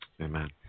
Amen